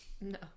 No